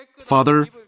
Father